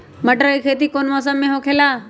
मटर के खेती कौन मौसम में होखेला?